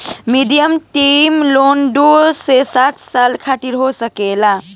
medium term loan दू से सात साल खातिर हो सकेला